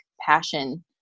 passion